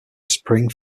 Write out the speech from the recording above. spring